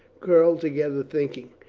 curled to gether, thinking.